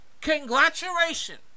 congratulation